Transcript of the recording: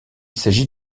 s’agit